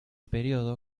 período